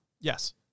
Yes